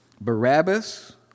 Barabbas